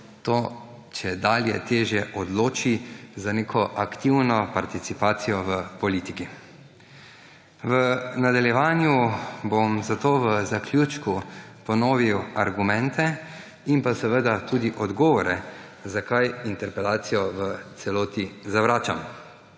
čedalje težje odloči za neko aktivno participacijo v politiki. V nadaljevanju bom zato v zaključku ponovil argumente in tudi odgovore, zakaj interpelacijo v celoti zavračam.